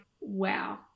wow